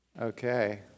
Okay